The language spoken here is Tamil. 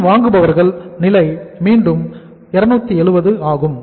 கடன் வாங்குபவர்களின் நிலையில் மீண்டும் 270 ஆகும்